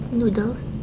Noodles